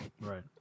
right